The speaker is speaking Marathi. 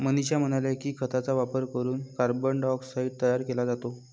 मनीषा म्हणाल्या की, खतांचा वापर करून कार्बन डायऑक्साईड तयार केला जातो